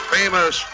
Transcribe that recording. famous